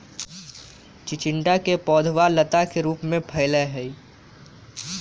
चिचिंडा के पौधवा लता के रूप में फैला हई